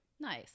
Nice